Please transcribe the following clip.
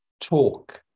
talk